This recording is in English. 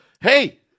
hey